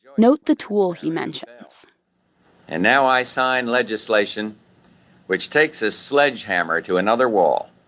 note the tool he mentions and now i sign legislation which takes a sledgehammer to another wall,